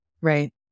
Right